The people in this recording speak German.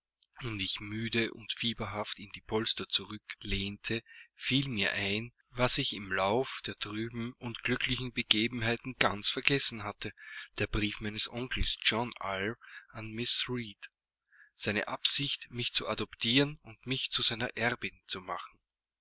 ich mich müde und fieberhaft in die polster zurücklehnte fiel mir ein was ich im lauf der trüben und glücklichen begebenheiten ganz vergessen hatte der brief meines onkels john eyre an mrs reed seine absicht mich zu adoptieren und mich zu seiner erbin zu machen